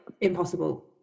impossible